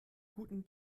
guten